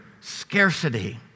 scarcity